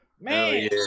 man